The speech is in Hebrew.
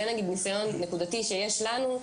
זה ניסיון נקודתי שיש לנו,